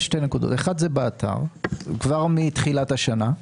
יש שתי נקודות, ראשית זה באתר כבר מתחילת השנה.